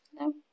No